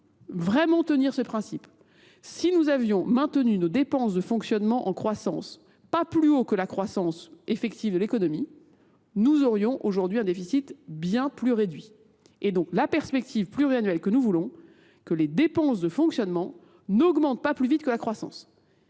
vraiment tenir ce principe, si nous avions maintenu nos dépenses de fonctionnement en croissance pas plus haut que la croissance effective de l'économie, nous aurions aujourd'hui un déficit bien plus réduit. Et donc, la perspective pluriannuelle que nous voulons, que les dépenses de fonctionnement n'augmentent pas plus vite que la croissance.